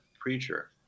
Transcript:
preacher